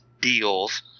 deals